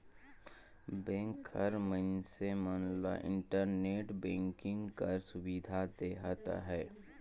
bank हर मइनसे मन ल इंटरनेट बैंकिंग कर सुबिधा देहत अहे